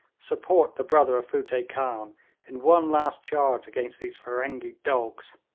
support the brother of futteh khan in one last charge against these feringhee dogs.